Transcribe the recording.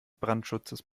brandschutzes